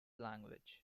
language